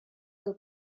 del